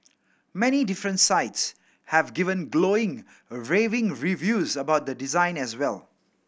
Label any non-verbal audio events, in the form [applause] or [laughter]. many different sites have given glowing [hesitation] raving reviews about the design as well